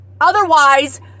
otherwise